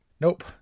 Nope